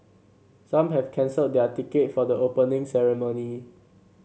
some have cancelled their ticket for the Opening Ceremony